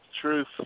truth